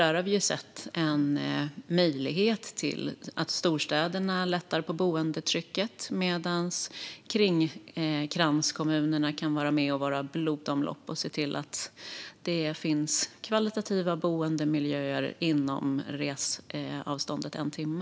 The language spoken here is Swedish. Där har vi sett en möjlighet för storstäderna att lätta på boendetrycket, medan kranskommunerna kan vara blodomlopp och se till att det finns kvalitativa boendemiljöer inom reseavståndet en timme.